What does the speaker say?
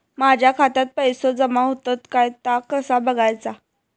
माझ्या खात्यात पैसो जमा होतत काय ता कसा बगायचा?